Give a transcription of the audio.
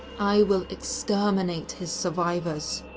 i will exterminate his survivors.